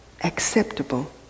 acceptable